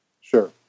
sure